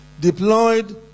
deployed